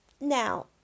Now